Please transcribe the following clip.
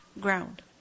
ground